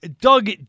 Doug